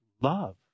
love